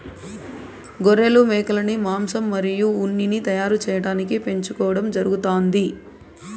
గొర్రెలు, మేకలను మాంసం మరియు ఉన్నిని తయారు చేయటానికి పెంచుకోవడం జరుగుతాంది